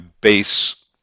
base